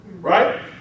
Right